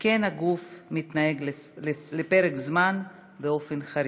שכן הגוף מתנהג לפרק זמן באופן חריג.